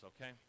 okay